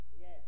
Yes